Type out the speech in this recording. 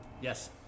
Yes